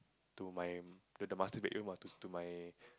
to my to the master bedroom ah to to my